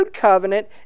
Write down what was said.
covenant